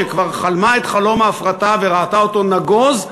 שכבר חלמה את חלום ההפרטה וראתה אותו נגוז,